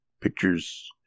pictures